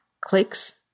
clicks